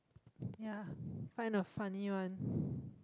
ya find a funny one